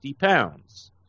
pounds